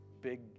big